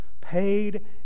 paid